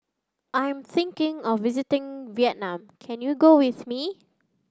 I'm thinking of visiting Vietnam can you go with me